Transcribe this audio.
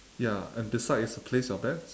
ya and beside is uh place your bets